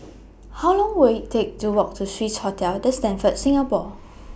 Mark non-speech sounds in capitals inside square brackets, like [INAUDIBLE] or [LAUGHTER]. How Long Will IT Take to Walk to Swissotel The Stamford Singapore [NOISE]